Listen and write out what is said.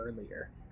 earlier